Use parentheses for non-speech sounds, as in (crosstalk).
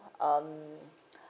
um (breath)